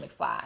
McFly